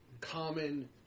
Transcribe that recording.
Common